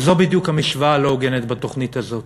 וזו בדיוק המשוואה הלא-הוגנת בתוכנית הזאת,